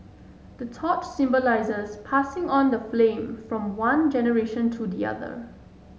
the torch symbolises passing on the flame from one generation to the other